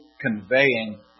conveying